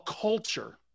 culture